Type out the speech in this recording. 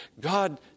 God